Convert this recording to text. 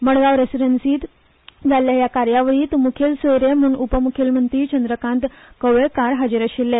मडगांव रेसिडेन्सीत जाल्ले हे कार्यावळींत मुखेल सोयरे म्हूण उपमुख्यमंत्री चंद्रकांत कवळेंकार हाजीर आशिल्ले